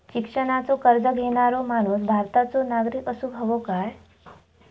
शिक्षणाचो कर्ज घेणारो माणूस भारताचो नागरिक असूक हवो काय?